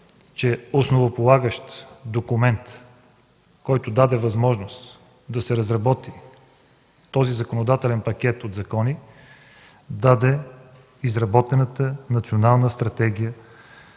че основополагащ документ, който даде възможност да се разработи този законодателен пакет от закони, даде изработената Национална стратегия